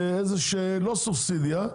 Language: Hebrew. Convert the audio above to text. לא סובסידיה,